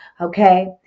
okay